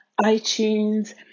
itunes